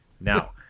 Now